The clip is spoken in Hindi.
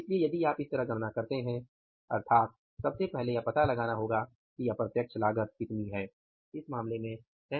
इसलिए यदि आप इस तरह गणना करते हैं अर्थात सबसे पहले यह पता लगाना होगा कि अप्रत्यक्ष लागत कितनी है इस मामले में 3300000